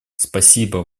спасибо